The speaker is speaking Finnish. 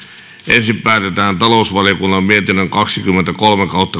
ensin päätetään talousvaliokunnan mietinnön kaksikymmentäkolme